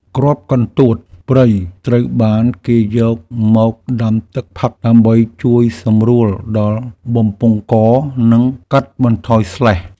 គ្រាប់កន្តួតព្រៃត្រូវបានគេយកមកដាំទឹកផឹកដើម្បីជួយសម្រួលដល់បំពង់ក និងកាត់បន្ថយស្លេស។